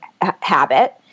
habit